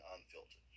Unfiltered